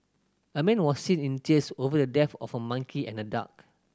a man was seen in tears over the death of a monkey and a duck